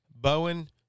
Bowen